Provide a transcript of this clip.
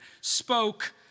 spoke